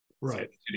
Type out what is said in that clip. Right